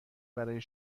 برای